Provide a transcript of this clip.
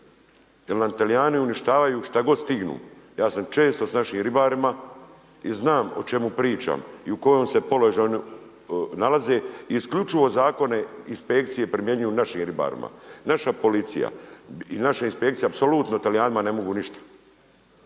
jel nam Talijani uništavaju šta god stignu. Ja sam često s našim ribarima i znam o čemu pričam i u kojem se položaju nalaze. Isključivo zakone inspekcije primjenjuju našim ribarima, naša policija i naša inspekcija apsolutno Talijanima ne mogu ništa.